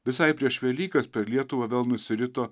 visai prieš velykas per lietuvą vėl nusirito